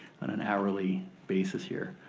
and an hourly basis here.